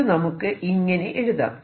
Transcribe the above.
ഇത് നമുക്ക് ഇങ്ങനെ എഴുതാം